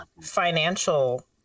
financial